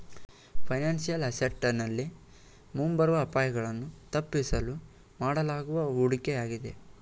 financial asset ನಲ್ಲಿ ಮುಂಬರುವ ಅಪಾಯಗಳನ್ನು ತಪ್ಪಿಸಲು ಮಾಡಲಾಗುವ ಹೂಡಿಕೆಯಾಗಿದೆ